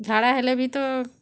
ଝାଡ଼ା ହେଲେ ବି ତ